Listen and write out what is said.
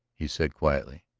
he said quietly,